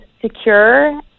secure